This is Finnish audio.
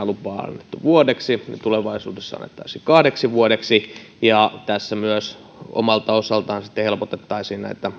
lupa on annettu vuodeksi niin tulevaisuudessa annettaisiin kahdeksi vuodeksi ja tässä myös omalta osaltaan helpotettaisiin